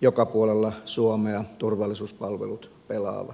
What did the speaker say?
joka puolella suomea turvallisuuspalvelut pelaavat